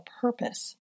purpose